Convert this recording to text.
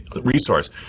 resource